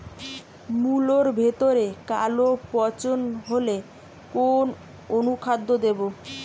মুলোর ভেতরে কালো পচন হলে কোন অনুখাদ্য দেবো?